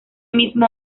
mismo